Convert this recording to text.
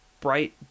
bright